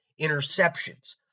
interceptions